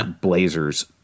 blazers